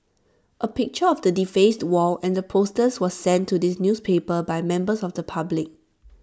A picture of the defaced wall and the posters was sent to this newspaper by members of the public